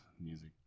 music